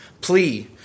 plea